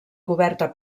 coberta